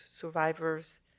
survivors